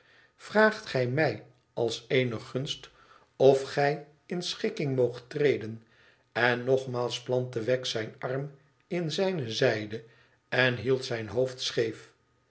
vraagt gij mij als eene gunst of gij in schikking moogt treden en nogmaals plantte wegg zijn arm in zijne zijde en hield zijn hoofd scheef